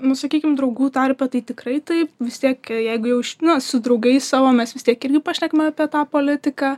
nu sakykim draugų tarpe tai tikrai taip vis tiek jeigu jau na su draugais savo mes vis tiek irgi pašnekam apie tą politiką